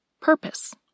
purpose